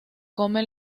come